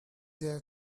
there